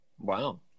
Wow